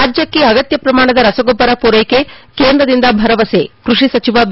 ರಾಜ್ಜಕ್ಷೆ ಅಗತ್ಯ ಪ್ರಮಾಣದ ರಸಗೊಬ್ಬರ ಪೂರೈಕೆ ಕೇಂದ್ರದಿಂದ ಭರವಸೆ ಕೃಷಿ ಸಚಿವ ಬಿ